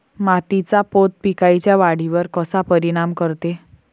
मातीचा पोत पिकाईच्या वाढीवर कसा परिनाम करते?